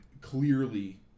clearly